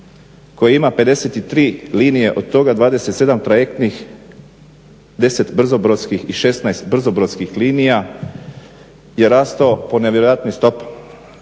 koji ima 53 linije, od toga 27 trajektnih, 10 brzobrodskih i 16 brzobrodskih linija je rastao po nevjerojatnim stopama.